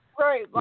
Right